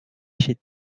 chez